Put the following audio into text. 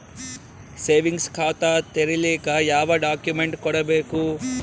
Savings ಖಾತಾ ತೇರಿಲಿಕ ಯಾವ ಡಾಕ್ಯುಮೆಂಟ್ ಕೊಡಬೇಕು?